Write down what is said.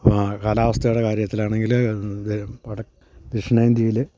അപ്പോൾ കാലാവസ്ഥയുടെ കാര്യത്തിലാണെങ്കിൽ ദക്ഷിണേന്ത്യയിൽ